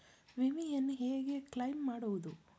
ವಿಮೆಯನ್ನು ಹೇಗೆ ಕ್ಲೈಮ್ ಮಾಡುವುದು?